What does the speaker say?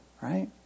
right